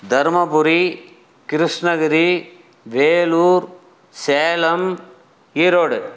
Dharmapuri Krishnagiri Vellore Salem Erode